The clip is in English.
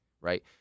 right